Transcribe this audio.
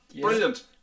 Brilliant